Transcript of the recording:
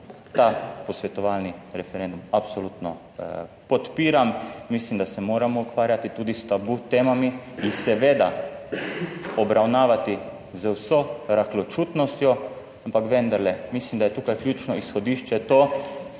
ta posvetovalni referendum absolutno podpiram. Mislim, da se moramo ukvarjati tudi s tabu temami in jih seveda obravnavati z vso rahločutnostjo, ampak vendarle mislim, da je tukaj ključno izhodišče to,